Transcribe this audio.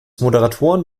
moderatoren